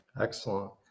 Excellent